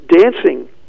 Dancing